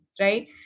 right